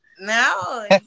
No